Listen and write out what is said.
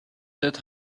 that